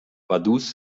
vaduz